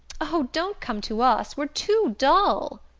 oh, don't come to us we're too dull!